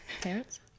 parents